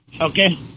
Okay